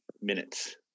minutes